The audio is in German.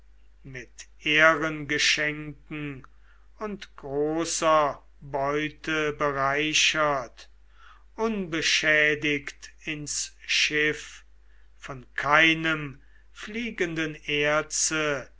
mit ehrengeschenken und großer beute bereichert unbeschädigt ins schiff von keinem fliegenden erze